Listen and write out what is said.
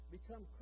become